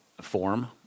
form